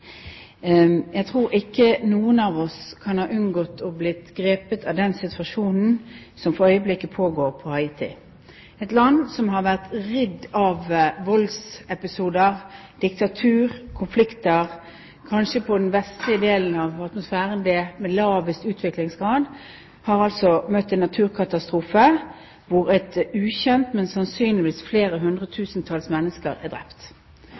den situasjonen som for øyeblikket pågår på Haiti – et land som har vært ridd av voldsepisoder, diktatur og konflikter. Kanskje det landet på den vestlige halvkule med lavest utviklingsgrad har altså møtt en naturkatastrofe hvor et ukjent antall mennesker, sannsynligvis flere hundretusener, er drept. Det virker som om landets allerede dårlige politiske og administrative infrastruktur er